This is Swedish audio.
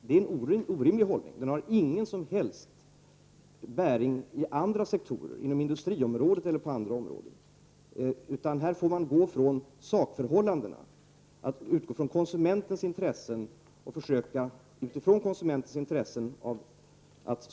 Det är en orimlig hållning, och den har ingen som helst förankring i andra sektorer, industriområdet eller andra områden. Här får man utgå från sakförhållandena, dvs. konsumentens intressen.